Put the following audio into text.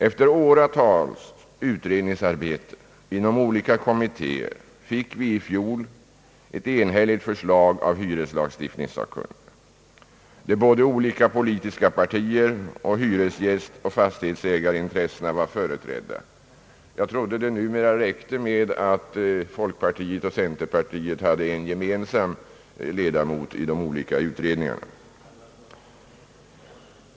Efter åratals utredningsarbete inom olika kommittéer framlades i fjol ett enhälligt förslag av hyreslagstiftningssakkunniga, där både politiska partier och hyresgästoch fastighetsägarintressena var företrädda. Jag trodde att det numera räckte med att folkpartiet och centerpartiet hade en gemensam ledamot i de olika utredningarna.